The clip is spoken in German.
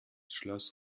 schloss